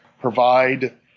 provide